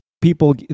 people